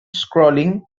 scrolling